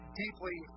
deeply